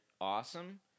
awesome